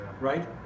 right